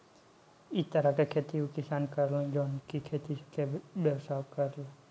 इ तरह के खेती उ किसान करे लन जवन की खेती से व्यवसाय करेले